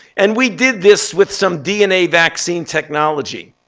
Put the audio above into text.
and we did this with some dna vaccine technology.